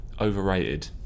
overrated